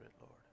Lord